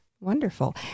Wonderful